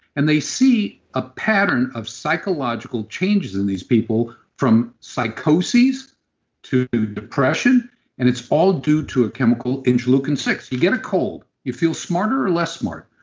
and they see a pattern of psychological changes in these people from psychosis to to depression and it's all due to a chemical interleukin six. you get a cold, you feel smarter or less smart?